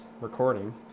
recording